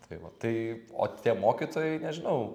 tai va tai o tie mokytojai nežinau